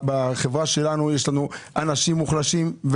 בחברה שלנו יש אנשים מוחלשים,